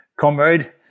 comrade